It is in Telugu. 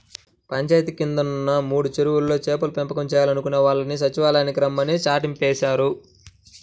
పంచాయితీ కిందున్న మూడు చెరువుల్లో చేపల పెంపకం చేయాలనుకునే వాళ్ళని సచ్చివాలయానికి రమ్మని చాటింపేశారు